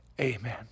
Amen